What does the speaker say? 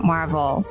Marvel